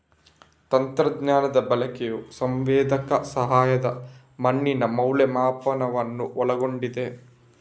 ತಂತ್ರಜ್ಞಾನದ ಬಳಕೆಯು ಸಂವೇದಕ ಸಹಾಯದ ಮಣ್ಣಿನ ಮೌಲ್ಯಮಾಪನವನ್ನು ಒಳಗೊಂಡಿದೆ